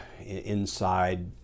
inside